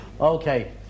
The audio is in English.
okay